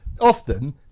often